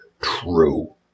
true